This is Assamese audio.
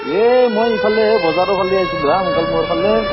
এ মই এফেলে বজাৰৰ ফালেহে আহিছিলোঁ আহ মুকালমোৱাৰ ফেলে